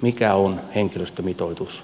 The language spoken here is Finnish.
mikä on henkilöstömitoitus laitoshoidossa